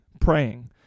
praying